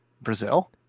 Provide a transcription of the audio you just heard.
Brazil